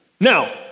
Now